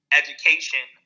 education